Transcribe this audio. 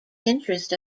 interest